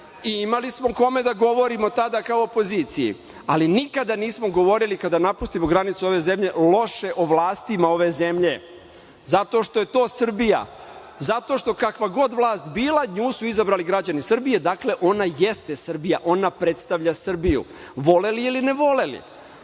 i imali smo kome da govorimo tada kao opoziciji, ali nikada nismo govorili kada napustimo granicu ove zemlje loše o vlastima ove zemlje, zato što je to Srbija, zato što kakva god vlast bila, nju su izabrali građani Srbije, dakle, ona jeste Srbija, ona predstavlja Srbiju. Voleli je ili ne voleli,